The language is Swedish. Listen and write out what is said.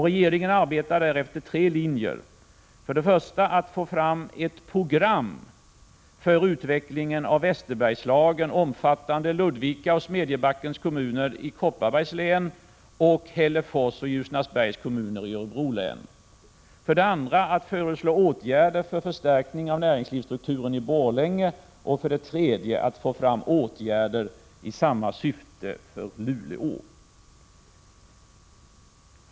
Regeringen arbetar där efter tre linjer: för det första att få fram ett program för utvecklingen i Västerbergslagen omfattande Ludvika och Smedjebackens kommuner i Kopparbergs län samt Hällefors och Ljusnarsbergs kommuner i Örebro län, för det andra att föreslå åtgärder för en förstärkning av näringslivsstrukturen i Borlänge och för det tredje att få fram åtgärder i samma syfte för Luleå.